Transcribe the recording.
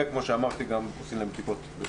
וכפי שאמרתי גם עושים להם עוד בדיקות